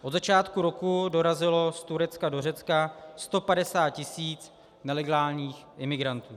Od začátku roku dorazilo z Turecka do Řecka 150 tisíc nelegálních imigrantů.